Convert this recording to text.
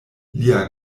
lia